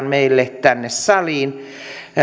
meille tänne saliin